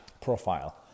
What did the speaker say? profile